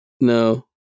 No